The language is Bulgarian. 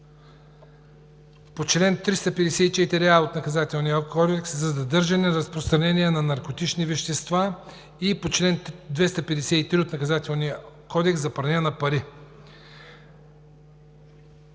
по чл. 354а от Наказателния кодекс за задържане, разпространение на наркотични вещества и по чл. 253 от Наказателния кодекс за пране на пари.